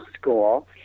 school